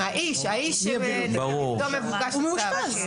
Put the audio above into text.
איילת, עוד פעם.